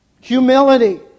Humility